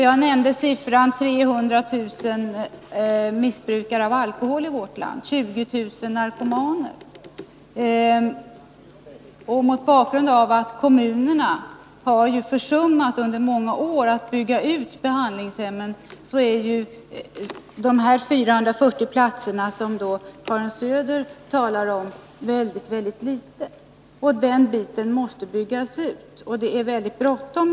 Jag nämnde siffrorna 300 000 missbrukare av alkohol och 20 000 narkomaner i vårt land. Mot bakgrund av att kommunerna under många år har försummat att bygga ut behandlingshemmen är de 440 platser som Karin Söder talar om väldigt litet. Den biten måste byggas ut, och det är mycket bråttom.